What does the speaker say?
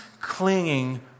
clinging